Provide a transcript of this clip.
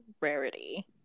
rarity